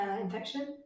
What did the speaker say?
infection